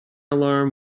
alarm